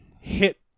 hit